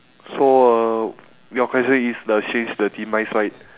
so uh your question is the change the demise right